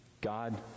God